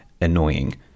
annoying